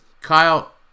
Kyle